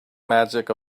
magic